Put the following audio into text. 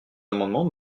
amendement